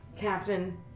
captain